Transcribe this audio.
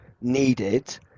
needed